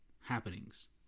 happenings